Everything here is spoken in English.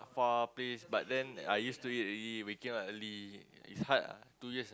far place but then I used to it already waking up early it's hard ah two years